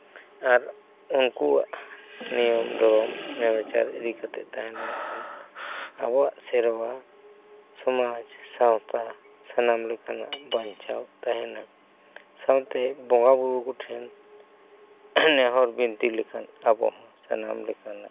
ᱟᱨ ᱩᱱᱠᱩᱣᱟᱜ ᱱᱤᱭᱚᱢ ᱫᱷᱚᱨᱢ ᱱᱮᱢᱟᱪᱟᱨ ᱤᱫᱤ ᱠᱟᱛᱮᱫ ᱫᱤᱱᱟᱹᱢ ᱫᱤᱱ ᱛᱟᱦᱮᱱ ᱟᱵᱚᱣᱟᱜ ᱥᱮᱨᱣᱟ ᱥᱚᱢᱟᱡᱽ ᱥᱟᱶᱛᱟ ᱥᱟᱱᱟᱢ ᱞᱮᱠᱟᱱᱟᱜ ᱵᱟᱧᱪᱟᱣ ᱛᱟᱦᱮᱱᱟ ᱥᱟᱶᱛᱮ ᱵᱚᱸᱜᱟᱼᱵᱩᱨᱩ ᱠᱚᱴᱷᱮᱱ ᱱᱮᱦᱚᱨ ᱵᱤᱱᱛᱤ ᱞᱮᱠᱷᱟᱱ ᱟᱵᱚ ᱦᱚᱸ ᱥᱟᱱᱟᱢ ᱞᱮᱠᱟᱱᱟᱜ